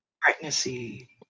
pregnancy